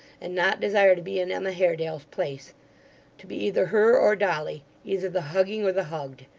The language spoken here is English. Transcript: and not desire to be in emma haredale's place to be either her or dolly either the hugging or the hugged?